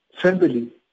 family